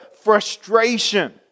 frustration